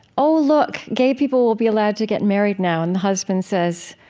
oh, look, gay people will be allowed to get married now. and the husband says,